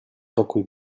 pokój